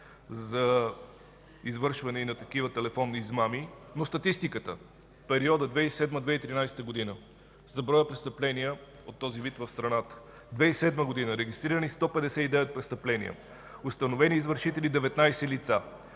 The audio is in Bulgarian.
за извършване на такива телефонни измами. Статистиката в периода 2007 – 2013 г. за броя престъпления от този вид в страната: - 2007 г. – регистрирани 159 престъпления, установени извършители – 19 лица;